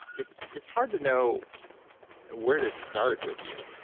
it's it's hard to know where to start with you,